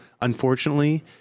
Unfortunately